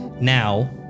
Now